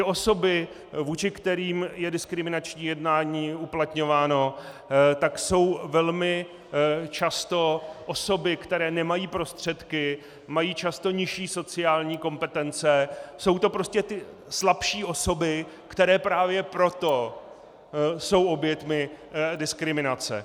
Osoby, vůči kterým je diskriminační jednání uplatňováno, jsou velmi často osoby, které nemají prostředky, mají často nižší sociální kompetence, jsou to prostě slabší osoby, které právě proto jsou oběťmi diskriminace.